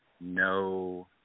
No